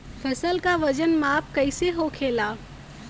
फसल का वजन माप कैसे होखेला?